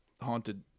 haunted